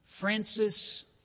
Francis